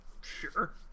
sure